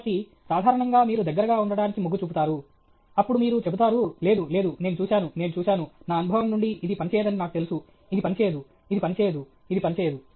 కాబట్టి సాధారణంగా మీరు దగ్గరగా ఉండటానికి మొగ్గు చూపుతారు అప్పుడు మీరు చెబుతారు లేదు లేదు నేను చూశాను నేను చూశాను నా అనుభవం నుండి ఇది పనిచేయదని నాకు తెలుసు ఇది పనిచేయదు ఇది పనిచేయదు ఇది పనిచేయదు